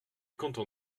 content